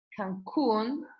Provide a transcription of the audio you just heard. Cancun